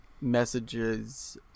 messages